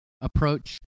approach